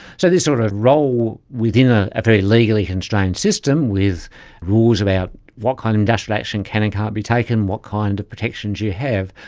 so this sort of role within a very legally constrained system with rules about what kind of industrial action can and can't be taken, what kind of protections you have,